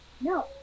No